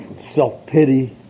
self-pity